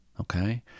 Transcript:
Okay